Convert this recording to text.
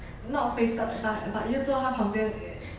not fated but but 又坐他旁边